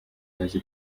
bazi